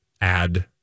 add